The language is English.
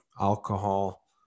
alcohol